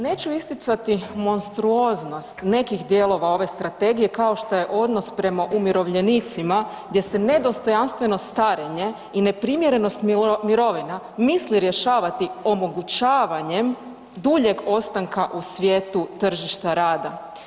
Neću isticati monstruoznost nekih dijelova ove strategije kao što je odnos prema umirovljenicima gdje se nedostojanstveno starenje i neprimjerenost mirovina misli rješavati omogućavanjem duljeg ostanka u svijetu tržišta rada.